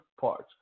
parts